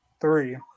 three